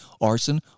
arson